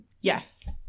Yes